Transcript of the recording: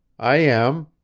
i am.